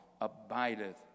abideth